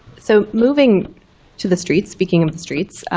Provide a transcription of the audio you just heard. so moving to the streets, speaking of the streets,